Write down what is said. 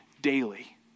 daily